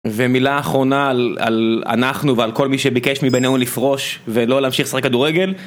ומילה אחרונה על אנחנו ועל כל מי שביקש מבינינו לפרוש ולא להמשיך לשחק כדורגל